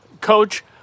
coach